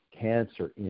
Cancer